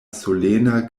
solena